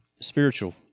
spiritual